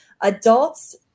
adults